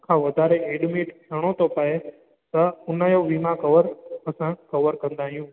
खां वधारे एडमिट करिणो थो पए त उनजो वीमा कवर असां कवर कंदा आहियूं